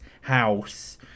house